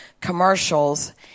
commercials